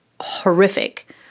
horrific